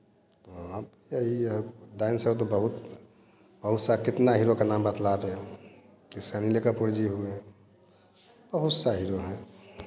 यही है अब डांसर तो बहुत बहुत सा कितना हीरो का नाम बतलावें जैसे अनिले कपूर जी हुए बहुत सा हीरो हैं